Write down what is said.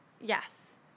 Yes